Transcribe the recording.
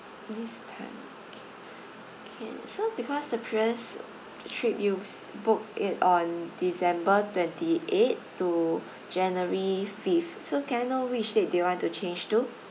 miss Tan okay can so because the previous trip you booked it on december twenty-eighth to january fifth so can I know which date do you want to change to